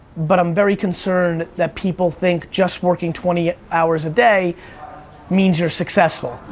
but i'm very concerned that people think just working twenty hours a day means you're successful.